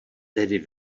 tedy